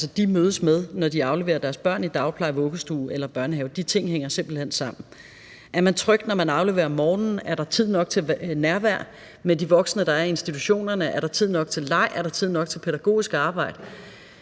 de mødes med, når de afleverer deres børn i dagpleje, vuggestue eller børnehave. De ting hænger simpelt hen sammen. Er man tryg, når man afleverer om morgenen? Er der tid nok til nærvær med de voksne, der er i institutionerne? Er der tid nok til leg? Er der tid nok til pædagogisk arbejde?